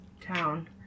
town